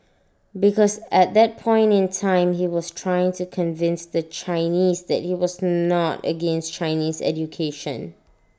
because at that point in time he was trying to convince the Chinese that he was not against Chinese education